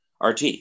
RT